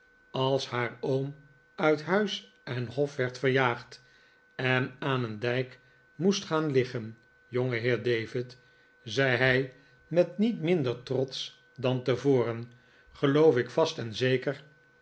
als haar oom uit huis en hof werd verjaagd en aan een dijk moest gaan liggen jongeheer david zei hij met niet minder trots dan tevoren geloof ik vast en zeker